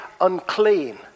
unclean